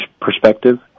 perspective